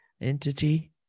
entity